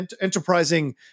enterprising